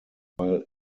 while